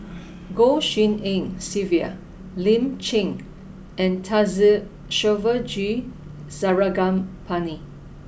Goh Tshin En Sylvia Lin Chen and Thamizhavel G Sarangapani